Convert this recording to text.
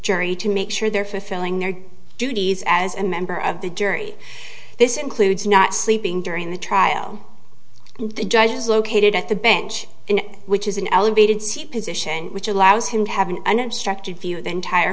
jury to make sure they're fulfilling their duties as a member of the jury this includes not sleeping during the trial and the judge is located at the bench in which is an elevated seat position which allows him to have an unobstructed view of the entire